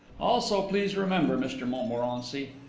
also please remember, mr montmorency,